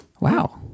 Wow